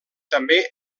també